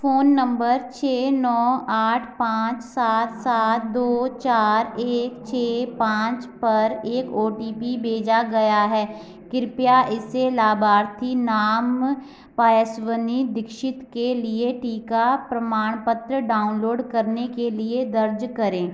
phone number छः नौ आठ पाँच सात सात दो चार एक छः पाँच पर एक ओ टी पी भेजा गया है कृपया इसे लाभार्थी नाम पायस्विनी दीक्षित के लिए टीका प्रमाणपत्र डाउनलोड करने के लिए दर्ज करें